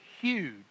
huge